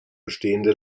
bestehende